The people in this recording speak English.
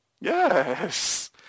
Yes